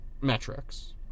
metrics